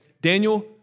Daniel